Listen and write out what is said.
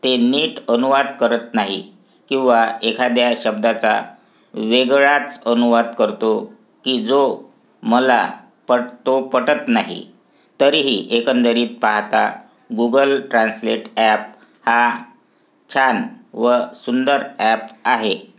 ते नीट अनुवाद करत नाही किंवा एखाद्या शब्दाचा वेगळाच अनुवाद करतो की जो मला पटतो पटत नाही तरीही एकंदरीत पाहता गूगल ट्रान्सलेट ॲप हा छान व सुंदर ॲप आहे